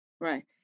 Right